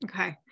Okay